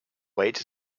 weight